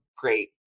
great